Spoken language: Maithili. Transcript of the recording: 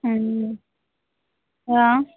हूँ हँ